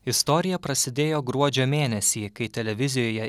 istorija prasidėjo gruodžio mėnesį kai televizijoje